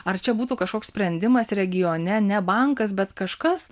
ar čia būtų kažkoks sprendimas regione ne bankas bet kažkas